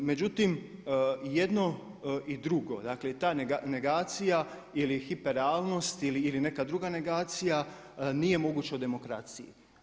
Međutim jedno i drugo, dakle i ta negacija ili hiper realnost ili neka druga negacija nije moguća u demokraciji.